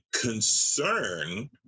concern